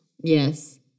Yes